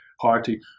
party